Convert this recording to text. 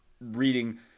reading